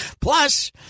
plus